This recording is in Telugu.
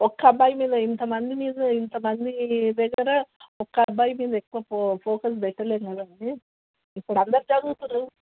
ఒక అబ్బాయి మీద ఇంతమంది మీద ఇంతమంది దగ్గర ఒక అబ్బాయి మీద ఎక్కువ ఫో ఫోకస్ పెట్టలేము కదండి ఇక్కడ అందరు చదువుతుర్రు